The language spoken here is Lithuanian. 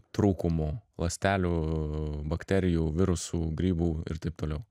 trūkumų ląstelių bakterijų virusų grybų ir taip toliau